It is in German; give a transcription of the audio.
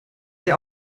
der